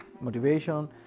motivation